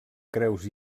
creus